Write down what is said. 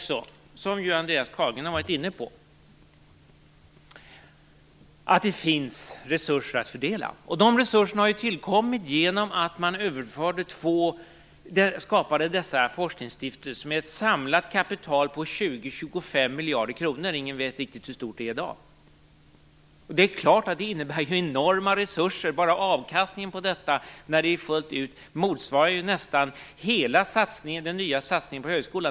Som Andreas Carlgren har varit inne på finns det resurser att fördela. De resurserna har tillkommit genom att man skapade dessa forskningsstiftelser med ett samlat kapital på 20-25 miljarder kronor - ingen vet riktigt hur stort kapitalet är i dag. Det är klart att det är enorma resurser. Bara avkastningen på kapitalet motsvarar nästan hela den nya satsningen på högskolan.